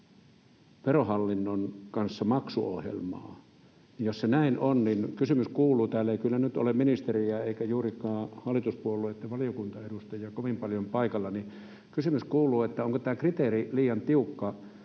Verohallinnon kanssa maksuohjelmaa. Jos näin on, niin kysymys kuuluu — täällä ei kyllä nyt ole ministeriä eikä juurikaan hallituspuolueitten valiokuntaedustajia kovin paljon paikalla — onko tämä kriteeri liian tiukka,